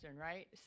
right